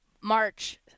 March